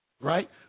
right